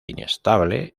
inestable